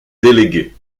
déléguée